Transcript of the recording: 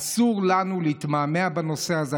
אסור לנו להתמהמה בנושא הזה.